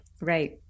Right